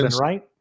right